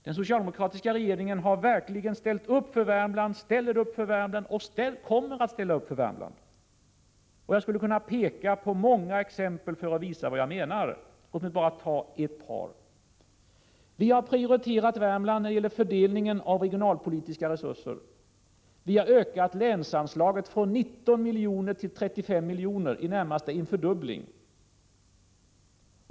Den socialdemokratiska regeringen har verkligen ställt upp för Värmland, ställer upp och kommer att ställa upp för Värmland. Jag skulle kunna peka på många exempel för att visa vad jag menar. Jag tar bara ett par. Vi har prioriterat Värmland när det gäller fördelningen av regionalpolitiska resurser. Vi har ökat länsanslaget från 19 miljoner till 35 miljoner, i det närmaste en fördubbling.